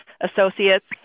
associates